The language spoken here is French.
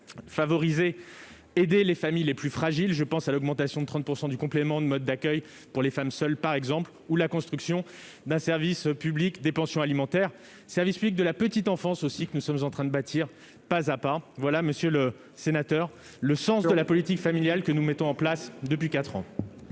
fait d'aider les familles les plus fragiles, avec, par exemple, l'augmentation de 30 % du complément de mode d'accueil pour les femmes seules ou la construction d'un service public des pensions alimentaires et d'un service public de la petite enfance, que nous sommes en train de bâtir pas à pas. Voilà, monsieur le sénateur, le contenu de la politique familiale que nous mettons en place depuis quatre